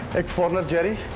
a foreigner, jerry,